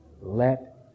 let